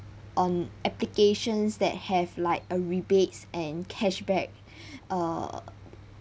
on applications that have like a rebates and cashback err